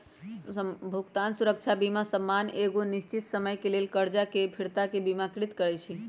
भुगतान सुरक्षा बीमा सामान्य एगो निश्चित समय के लेल करजा के फिरताके बिमाकृत करइ छइ